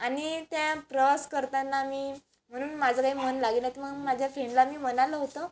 आणि त्या प्रवास करताना मी म्हणून माझं काय मन लागेना की मग माझ्या फ्रेंडला मी म्हणालं होतं